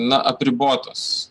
na apribotos